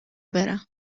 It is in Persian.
برم